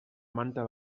manta